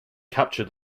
capture